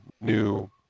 new